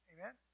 Amen